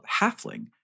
halfling